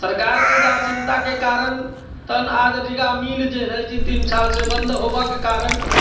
सरकारके उदासीनताके कारण तखन आज रीगा मिल जे है जे तीन सालसँ बन्द होयबाके कारण